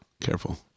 careful